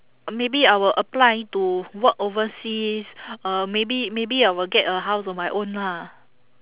maybe I will apply to work overseas uh maybe maybe I will get a house on my own lah